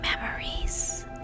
memories